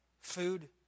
food